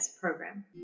program